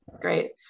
great